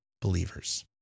believers